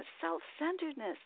self-centeredness